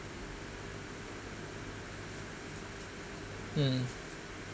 hmm